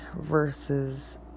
versus